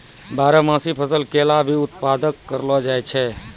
बारहमासी फसल केला भी उत्पादत करलो जाय छै